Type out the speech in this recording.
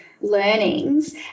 learnings